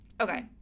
Okay